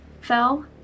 fell